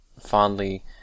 fondly